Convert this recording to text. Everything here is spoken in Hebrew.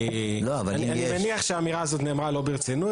אני מניח שהאמירה הזו לא נאמרה ברצינות.